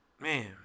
Man